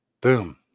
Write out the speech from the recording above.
Boom